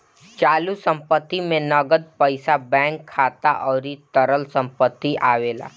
चालू संपत्ति में नगद पईसा बैंक खाता अउरी तरल संपत्ति आवेला